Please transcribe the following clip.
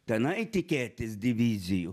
tenai tikėtis divizijų